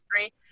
three